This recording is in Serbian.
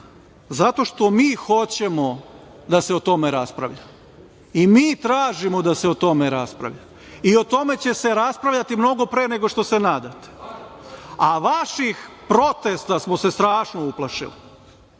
što mi hoćemo da se o tome raspravlja i mi tražimo da se o tome raspravlja. I o tome će se raspravljati mnogo pre nego što se nadate. A vaših protesta samo se strašno uplašili.